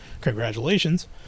congratulations